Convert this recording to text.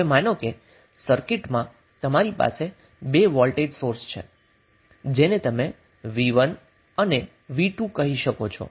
હવે માનો કે સર્કિટમાં તમારી પાસે 2 વોલ્ટેજ સોર્સ છે જેને તમે V1 અને V2 કહી શકો છો